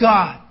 God